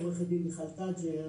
עורכת הדין מיכל תג'ר,